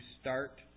start